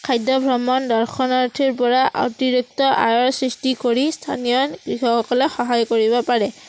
খাদ্যভ্ৰমণ দৰ্শনাৰ্থীৰ পৰা অতিৰিক্ত আয়ৰ সৃষ্টি কৰি স্থানীয় কৃষকসকলে সহায় কৰিব পাৰে